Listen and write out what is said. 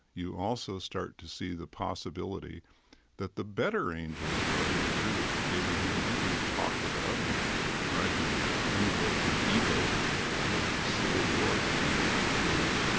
you also start to see the possibility that the better angels of our nature that abraham lincoln talked about and tried to invoke and evoke as the civil war came to a close,